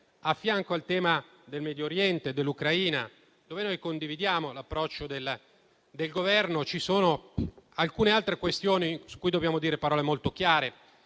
A fianco ai temi del Medio Oriente e dell'Ucraina, su cui noi condividiamo l'approccio del Governo, ci sono alcune altre questioni su cui dobbiamo dire parole molto chiare.